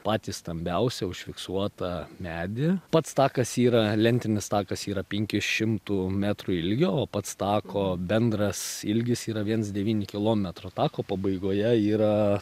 patį stambiausią užfiksuotą medį pats takas yra lentinis takas yra penkių šimtų metrų ilgio o pats tako bendras ilgis yra viens devyni kilometro tako pabaigoje yra